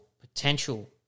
potential